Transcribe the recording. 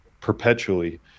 perpetually